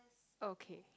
okay